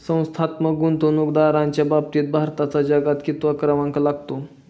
संस्थात्मक गुंतवणूकदारांच्या बाबतीत भारताचा जगात कितवा क्रमांक लागतो?